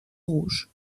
rouge